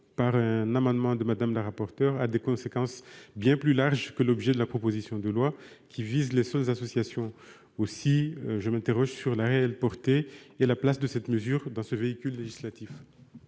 par un amendement de Mme la rapporteur, aura des conséquences bien plus larges que l'objet de la proposition de loi, qui vise les seules associations. Aussi, je m'interroge sur la réelle portée et la place de cette mesure dans ce véhicule législatif.